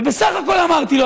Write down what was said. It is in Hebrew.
ובסך הכול אמרתי לו,